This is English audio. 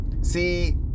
See